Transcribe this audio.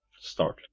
Start